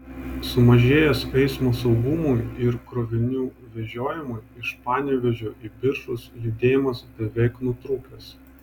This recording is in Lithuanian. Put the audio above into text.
sumažėjus eismo saugumui ir krovinių vežiojimui iš panevėžio į biržus judėjimas beveik nutrūkęs